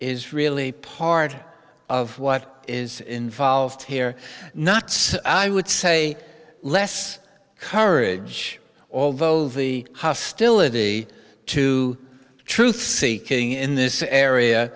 is really part of what is involved here knots i would say less courage although the hostility to truth seeking in this area